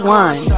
one